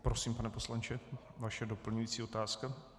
Prosím, pane poslanče, vaše doplňující otázka.